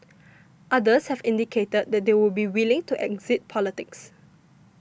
others have indicated that they would be willing to exit politics